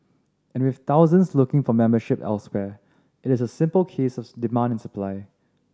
and with thousands looking for membership elsewhere it is a simple case of demand and supply